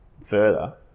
Further